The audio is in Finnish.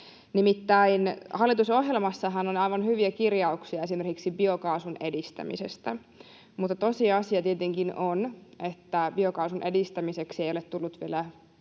Nimittäin hallitusohjelmassahan on aivan hyviä kirjauksia esimerkiksi biokaasun edistämisestä, mutta tosiasia tietenkin on, että biokaasun edistämiseksi ei ole tullut vielä